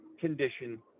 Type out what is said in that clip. condition